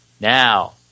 Now